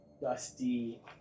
dusty